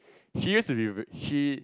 he used to be very she